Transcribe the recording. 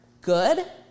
good